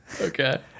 Okay